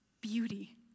beauty